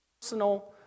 personal